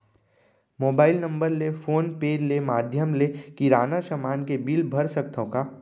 Mobile number ले phone पे ले माधयम ले किराना समान के बिल भर सकथव का?